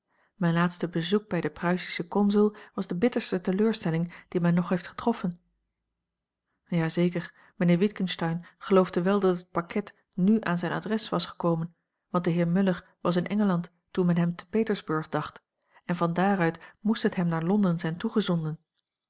mijn laatste bezoek bij den pruisischen consul was de bitterste teleurstelling die mij nog heeft getroffen ja zeker mijnheer witgensteyn geloofde wel dat het pakket n aan zijn adres was gekomen want de heer muller was in engeland toen men hem te petersburg dacht en van daaruit moest a l g bosboom-toussaint langs een omweg het hem naar londen zijn toegezonden